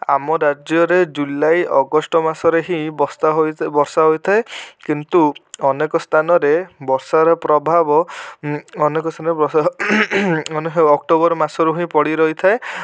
ଆମ ରାଜ୍ୟରେ ଜୁଲାଇ ଅଗଷ୍ଟ ମାସରେ ହିଁ ବସ୍ତା ହୋଇ ବର୍ଷା ହୋଇଥାଏ କିନ୍ତୁ ଅନେକ ସ୍ଥାନରେ ବର୍ଷାର ପ୍ରଭାବ ଅନେକ ସ୍ଥାନରେ ବର୍ଷା ଅକ୍ଟୋବର ମାସରୁ ହିଁ ପଡ଼ି ରହିଥାଏ